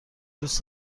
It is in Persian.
دوست